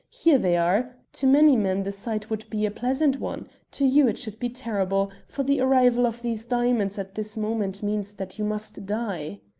here they are. to many men the sight would be a pleasant one. to you it should be terrible, for the arrival of these diamonds at this moment means that you must die.